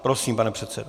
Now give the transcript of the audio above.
Prosím, pane předsedo.